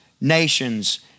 nations